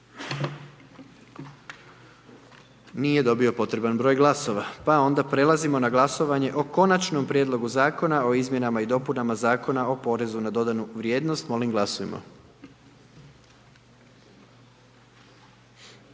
Nije dobio potreban broj glasova. Sada dajem na glasovanje Konačni prijedlog Zakona o izmjenama i dopunama Zakona o zakupu i kupoprodaji poslovnog prostora. Molim glasujmo.